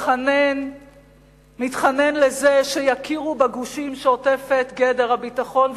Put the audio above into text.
מתחנן לזה שיכירו בגושים שעוטפת גדר הביטחון,